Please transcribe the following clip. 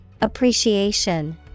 Appreciation